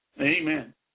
Amen